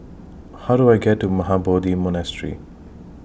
How Do I get to Mahabodhi Monastery